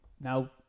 Now